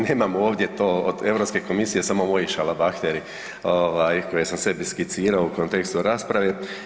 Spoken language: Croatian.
Nemam ovdje to od Europske komisije, samo moji šalabahteri koje sam sebi skicirao u kontekstu rasprave.